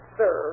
sir